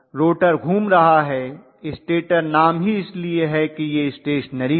rotor घूम रहा है स्टेटर नाम ही इसलिए है कि यह स्टेशनेरी है